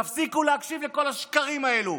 תפסיקו להקשיב לכל השקרים האלו.